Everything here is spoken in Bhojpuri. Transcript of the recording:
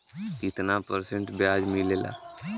कितना परसेंट ब्याज मिलेला?